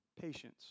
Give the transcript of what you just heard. patience